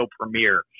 Premiere